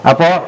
Apo